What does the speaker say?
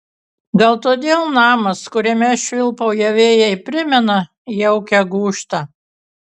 gal todėl namas kuriame švilpauja vėjai primena jaukią gūžtą